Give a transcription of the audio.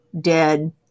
dead